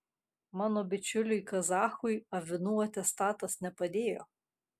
mano bičiuliui kazachui avinų atestatas nepadėjo